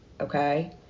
Okay